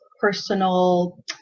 personal